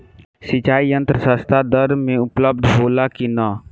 सिंचाई यंत्र सस्ता दर में उपलब्ध होला कि न?